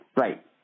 Right